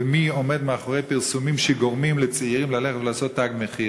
ומי עומד מאחורי פרסומים שגורמים לצעירים ללכת ולעשות "תג מחיר",